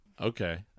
okay